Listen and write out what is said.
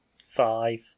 Five